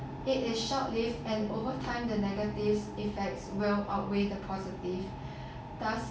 it is short lived and over time the negative effects will outweigh the positive thus